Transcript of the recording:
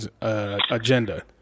agenda